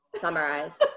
summarize